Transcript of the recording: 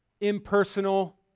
impersonal